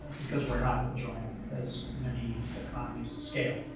because we're not joining as many economies of scale.